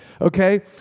okay